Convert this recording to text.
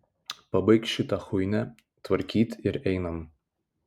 pabaik šitą chuinią tvarkyt ir einam